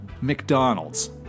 McDonald's